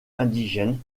indigènes